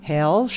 Hell